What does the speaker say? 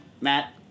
Matt